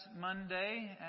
Monday